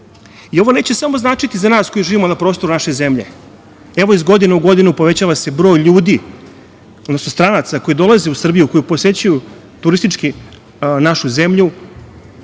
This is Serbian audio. neće samo značiti za nas koji živimo na prostoru naše zemlje. Evo, iz godine u godinu povećava se broj ljudi, odnosno stranaca koji dolaze u Srbiju, koji posećuju turistički našu zemlju.